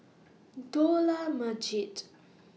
Dollah Majid